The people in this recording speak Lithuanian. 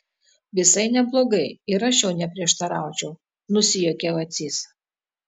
visai neblogai ir aš jau neprieštaraučiau nusijuokė vacys